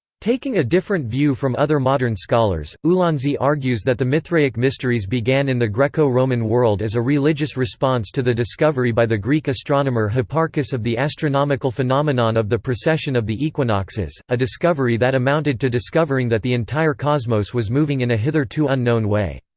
taking a different view from other modern scholars, ulansey argues that the mithraic mysteries began in the greco-roman world as a religious response to the discovery by the greek astronomer hipparchus of the astronomical phenomenon of the precession of the equinoxes a discovery that amounted to discovering that the entire cosmos was moving in a hitherto unknown way.